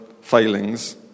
failings